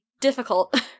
difficult